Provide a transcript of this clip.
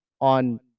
on